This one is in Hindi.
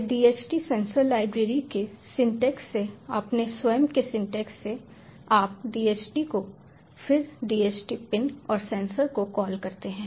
फिर DHT सेंसर लाइब्रेरी के सिंटैक्स से अपने स्वयं के सिंटैक्स से आप DHT को फिर DHT पिन और सेंसर को कॉल करते हैं